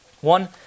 One